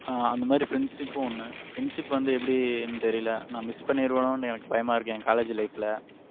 அந்த மாதிரி ஃப்ரெண்ட்ஷிப்பும் ஒன்று ஃப்ரெண்ட்ஷிப்பு எப்படினு தெரியல நான் மிஸ் பண்ணிருவோனோனு எனக்கு பயமாகருக்கு என் காலேஜ் லைஃபில்